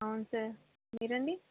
అవును సార్ మీరండి